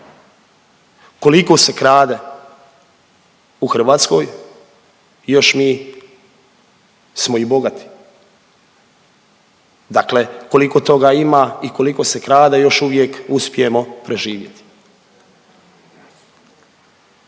Koliko se krade u Hrvatskoj još mi smo i bogati, dakle koliko toga ima i koliko se krade još uvijek uspijemo preživjeti.